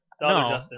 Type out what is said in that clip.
No